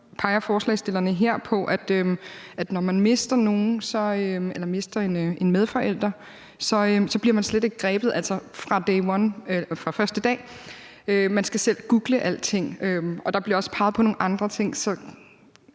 peger forslagsstillerne her på, at man, når man mister en medforælder, så slet ikke bliver grebet fra den første dag, men at man selv skal google alting, og der bliver også peget på nogle andre ting.